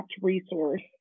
resource